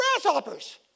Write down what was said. grasshoppers